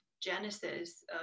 genesis